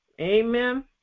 Amen